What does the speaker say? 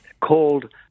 called